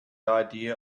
idea